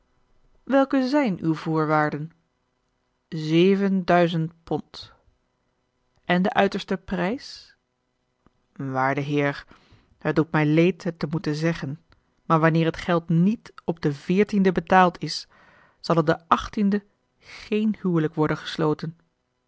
welke zijn uw voorwaarden zeven duizend pond en de uiterste prijs waarde heer het doet mij leed het te moeten zeggen maar wanneer het geld niet op den veertienden betaald is zal er den achttienden geen huwelijk worden gesloten